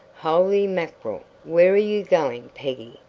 holy mackerel! where are you going, peggy?